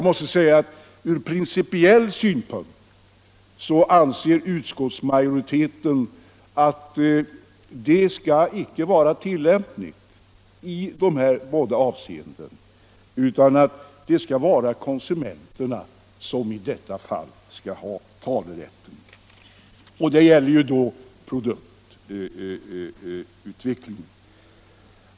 Från principiell synpunkt anser utskottsmajoriteten att talerätten inte skall vara tillämplig i något av dessa båda avseenden, eftersom det är konsumenterna som i detta fall skall ha talerätten. Det gäller ju produktutvecklingen.